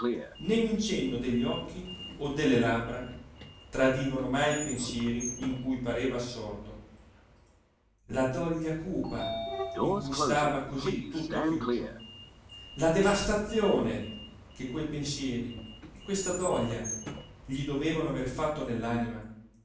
né un cenno degli occhi o delle labbra tradivano mai i pensieri in cui pareva assorto la doglia cupa in cui stava cosí tutto chiuso la devastazione che quei pensieri e questa doglia gli dovevano aver fatto